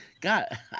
God